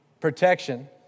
Protection